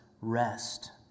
rest